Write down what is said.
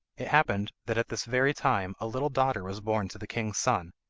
it happened that at this very time a little daughter was born to the king's son,